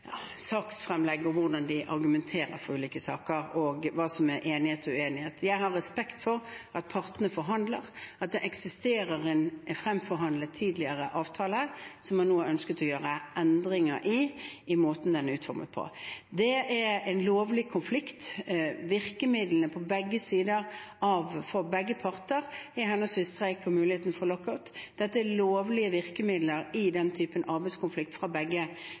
saksfremlegg og hvordan de argumenterer for ulike saker, og hva som er enighet og uenighet. Jeg har respekt for at partene forhandler, at det eksisterer en fremforhandlet tidligere avtale som man nå har ønsket å gjøre endringer i, i måten den er utformet på. Det er en lovlig konflikt. Virkemidlene på begge sider for begge parter er henholdsvis streik og muligheten for lockout. Dette er lovlige virkemidler i den typen arbeidskonflikten fra begge